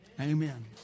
Amen